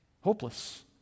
Hopeless